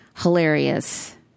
hilarious